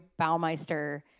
Baumeister